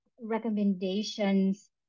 recommendations